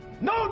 No